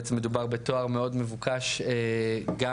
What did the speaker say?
מדובר בתואר מאוד מבוקש גם